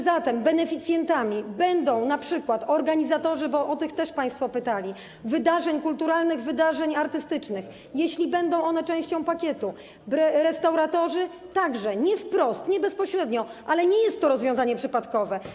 Zatem beneficjentami będą np. organizatorzy - bo o tych też państwo pytali - wydarzeń kulturalnych, wydarzeń artystycznych, jeśli będą one częścią pakietu, także restauratorzy, nie wprost, nie bezpośrednio, ale nie jest to rozwiązanie przypadkowe.